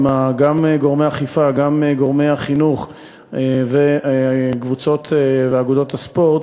גם עם גורמי האכיפה וגם גורמי עם החינוך וקבוצות ואגודות הספורט,